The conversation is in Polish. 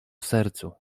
sercu